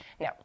No